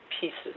pieces